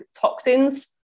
toxins